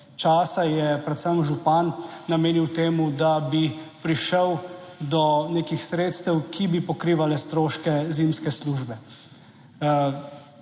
časa je predvsem župan namenil temu, da bi prišel do nekih sredstev, ki bi pokrivale stroške zimske službe.